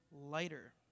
lighter